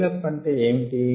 scale up అంటే ఏమిటి